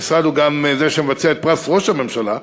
המשרד הוא גם זה שמבצע את פרס ראש הממשלה: